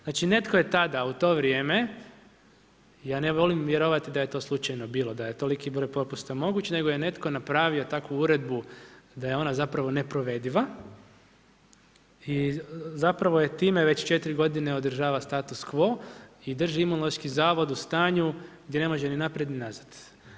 Znači netko je tada u to vrijeme, ja ne volim vjerovati da je to slučajno bilo, da je toliki broj popusta moguće, nego je netko napravio takvu uredbu da je ona zapravo neprovediva i zapravo je time već 4 g. održava status quo i drži Imunološki zavod u stanju gdje ne može ni naprijed ni nazad.